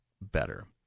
better